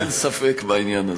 אין ספק בעניין הזה.